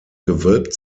gewölbt